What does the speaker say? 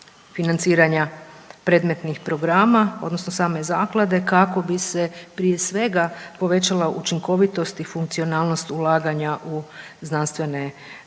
financiranja predmetnih programa odnosno same zaklade kako bi se prije svega povećala učinkovitost i funkcionalnost ulaganja u znanstvene projekte.